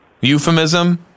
euphemism